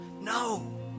No